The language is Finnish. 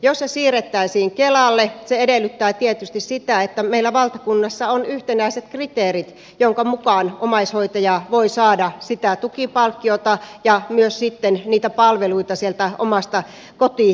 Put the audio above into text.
jos se siirrettäisiin kelalle se edellyttää tietysti sitä että meillä valtakunnassa on yhtenäiset kriteerit joiden mukaan omaishoitaja voi saada sitä tukipalkkiota ja myös sitten niitä palveluita sieltä omasta kotikunnastaan